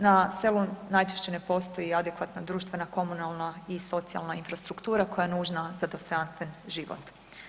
Na selu najčešće ne postoji adekvatna društvena komunalna i socijalna infrastruktura koja je nužna za dostojanstven život.